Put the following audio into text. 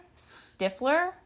Stifler